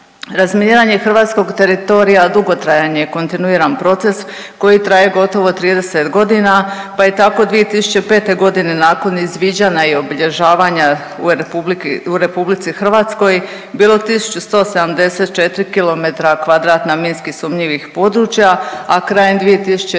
Razminiranje hrvatskog teritorija dugotrajan je kontinuiran proces koji traje gotovo 30 godina pa je tako 2005. g. nakon izviđanja i obilježavanja u RH bilo 1174 km kvadratna minski sumnjivih područja, a krajem 2020. g.